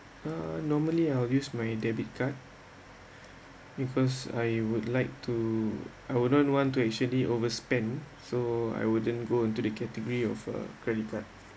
uh normally I will use my debit card because I would like to I wouldn't want to actually overspent so I wouldn't go into the category of uh credit card